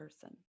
person